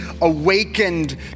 awakened